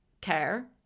care